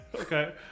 Okay